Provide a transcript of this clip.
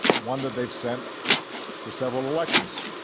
one that they've sent for several elections.